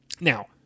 Now